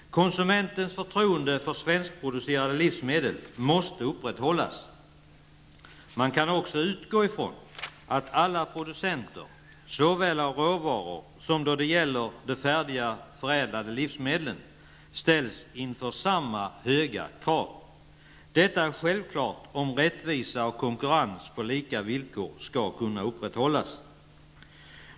Konsumentens förtroende för svenskproducerade livsmedel måste upprätthållas. Man kan också utgå från att alla producenter av såväl råvaror som färdiga förädlade livsmedel ställs inför samma höga krav. Detta är självklart om rättvisa och konkurrens på lika villkor skall kunna upprätthållas.